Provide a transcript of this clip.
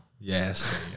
yes